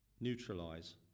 neutralize